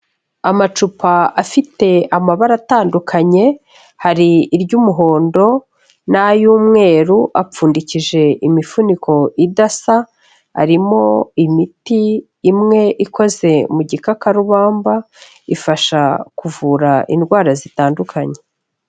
Amacupa afite amabara atandukanye, hari iry'umuhondo n'ay'umweru, apfundikije imifuniko idasa, arimo imiti imwe ikoze mu gikakarubamba, ifasha kuvura indwara zitandukanye.